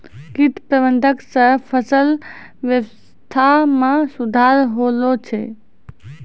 कीट प्रबंधक से फसल वेवस्था मे सुधार होलो छै